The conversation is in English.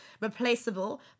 replaceable